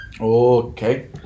Okay